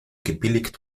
gebilligt